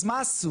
אז מה עשו?